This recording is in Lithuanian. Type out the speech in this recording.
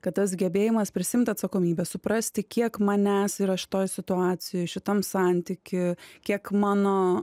kad tas gebėjimas prisiimt atsakomybę suprasti kiek manęs ir aš šitoj situacijoj šitam santyky kiek mano